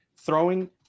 throwing